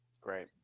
Great